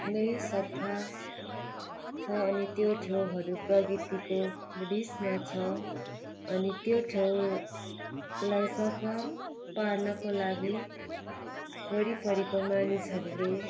नै सफा छ अनि त्यो ठाउँहरू प्रकृतिको बिचमा छ अनि त्यो ठाउँलाई सफा पार्नको लागि वरिपरिको मानिसहरूले